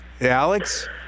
Alex